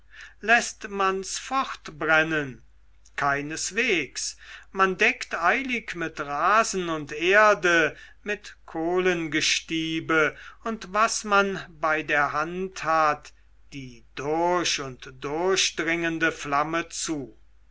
läßt man's fortbrennen keineswegs man deckt eilig mit rasen und erde mit kohlengestiebe und was man bei der hand hat die durch und durch dringende flamme zu